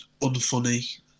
unfunny